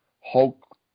Hulk